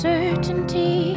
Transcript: certainty